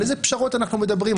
על איזה פשרות אנחנו מדברים?